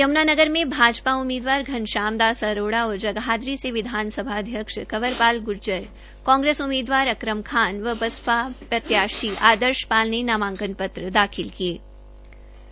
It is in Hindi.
यमुनानगर में भाजपा उम्मीदवार घनश्याम दास अरोड़ा और जगाधरी से विधानसभा अध्यक्ष कंवर पाल गुर्जर कांग्रेस उम्मीवार अकरम खान व बसपा प्रत्याशी आदर्श पाल ने नामांकन पत्र भरा